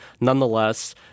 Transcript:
Nonetheless